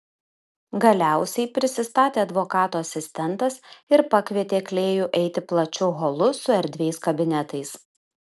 galiausiai prisistatė advokato asistentas ir pakvietė klėjų eiti plačiu holu su erdviais kabinetais